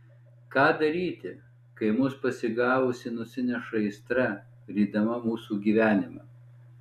ką daryti kai mus pasigavusi nusineša aistra rydama mūsų gyvenimą